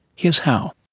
here's how.